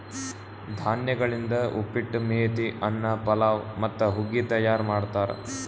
ಧಾನ್ಯಗೊಳಿಂದ್ ಉಪ್ಪಿಟ್ಟು, ಮೇತಿ ಅನ್ನ, ಪಲಾವ್ ಮತ್ತ ಹುಗ್ಗಿ ತೈಯಾರ್ ಮಾಡ್ತಾರ್